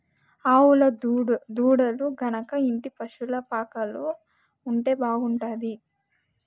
ఆవుల దూడలు గనక ఇంటి పశుల పాకలో ఉంటే బాగుంటాది